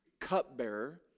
cupbearer